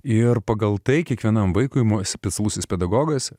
ir pagal tai kiekvienam vaikui specialusis pedagogas